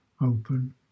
open